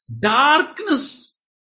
Darkness